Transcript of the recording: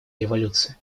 революция